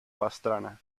pastrana